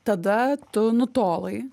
tada tu nutolai